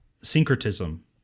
syncretism